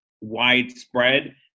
widespread